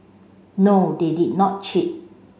no they did not cheat